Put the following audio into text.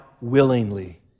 willingly